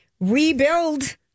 rebuild